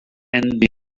and